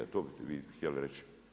To ste vi htjeli reći.